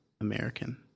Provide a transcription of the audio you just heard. American